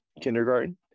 kindergarten